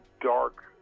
dark